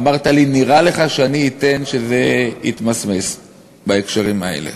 אמרת לי: "נראה לך שאני אתן שזה יתמסמס בהקשרים האלה?"